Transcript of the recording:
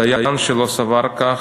דיין, שלא סבר כך,